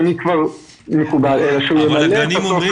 --- אבל כדי לקבל